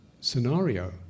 scenario